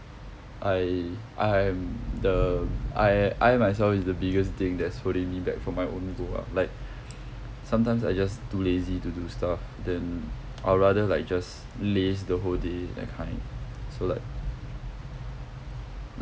I I am the I I myself is the biggest thing that's holding me back from my own goal lah like sometimes I just too lazy to do stuff then I would rather like just laze the whole day that kind so like